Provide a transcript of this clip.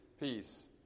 peace